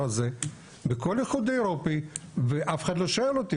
הזה בכל האיחוד האירופי ואף אחד לא שואל אותי'.